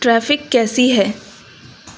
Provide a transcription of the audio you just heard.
traffic کیسی ہے